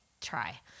try